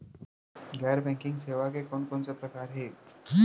गैर बैंकिंग सेवा के कोन कोन से प्रकार हे?